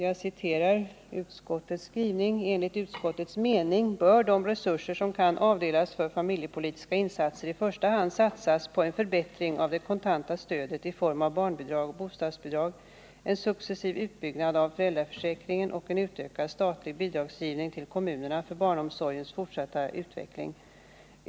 Utskottsmajoriteten anför i det avseendet: ”Enligt utskottets mening bör de resurser som kan avdelas för familjepolitiska insatser i första hand satsas på en förbättring av det kontanta stödet i form av barnbidrag och bostadsbidrag, en successiv utbyggnad av föräldraförsäkringen samt en utökad statlig bidragsgivning till kommunerna för barnomsorgens fortsatta utveckling.